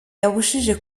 yabujije